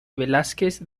velázquez